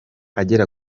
agera